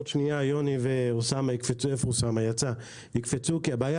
עוד שנייה יוני ואוסאמה יקפצו כי הבעיה